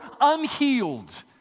unhealed